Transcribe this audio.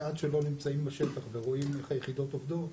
ועד שלא נמצאים בשטח ורואים איך היחידות עובדות,